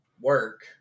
work